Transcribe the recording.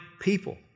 people